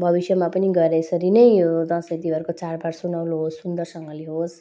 भविष्यमा पनि गएर यसरी नै यो दसैँ तिहारको चाडबाड सुनाउलो होस् सुन्दरसँगले होस्